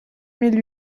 mille